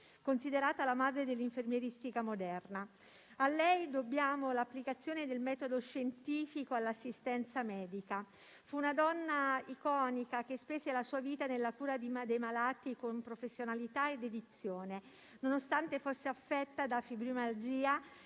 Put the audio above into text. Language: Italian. considerata la madre dell'infermieristica moderna. A lei dobbiamo l'applicazione del metodo scientifico all'assistenza medica. Fu una donna iconica, che spese la sua vita nella cura dei malati con professionalità e dedizione, nonostante fosse affetta da fibromialgia,